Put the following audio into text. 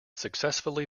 successfully